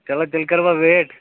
چلو تیٚلہِ کَروا ویٹ